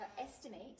estimate